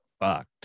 fucked